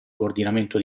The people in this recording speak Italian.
coordinamento